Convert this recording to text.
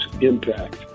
impact